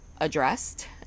addressed